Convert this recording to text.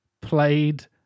Played